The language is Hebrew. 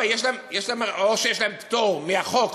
או שיש להם פטור מהחוק,